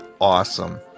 awesome